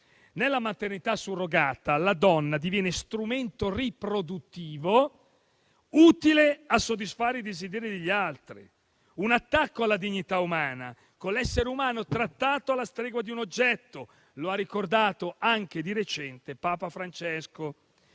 Nella maternità surrogata la donna diviene strumento riproduttivo utile a soddisfare i desideri degli altri; è un attacco alla dignità umana, con l'essere umano trattato alla stregua di un oggetto, come ha ricordato anche di recente Papa Francesco.